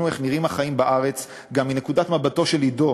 איך נראים החיים בארץ גם מנקודת מבטו של עידו,